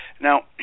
Now